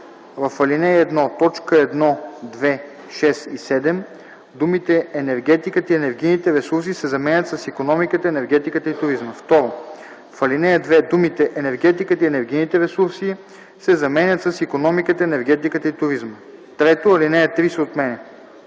В ал. 1, т. 1, 2, 6 и 7 думите „енергетиката и енергийните ресурси” се заменят с „икономиката, енергетиката и туризма”. 2. В ал. 2 думите „енергетиката и енергийните ресурси” се заменят с „икономиката, енергетиката и туризма”. 3. Алинея 3 се отменя.”